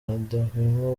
badahwema